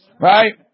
right